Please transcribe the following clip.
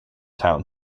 town